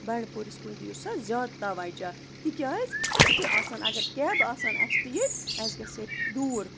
بَنٛڈٕپوٗرِس کُن دِیِو سا زیادٕ تَوَجہ تِکیٛازِ اَسہِ تہِ آسَن اگر کیبہٕ آسَن اَسہِ تہِ ییٚتۍ اَسہِ گژھِ ہے دوٗر